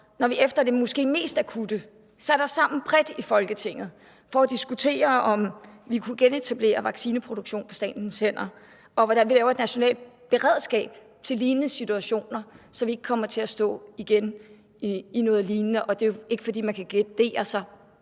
at vi efter det måske mest akutte sætter os sammen bredt i Folketinget for at diskutere, om vi kunne genetablere vaccineproduktion på statens hænder, og hvordan vi laver et nationalt beredskab til lignende situationer, så vi ikke kommer til at stå i noget lignende igen. Det er jo ikke, fordi man kan gardere sig